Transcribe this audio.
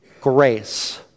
grace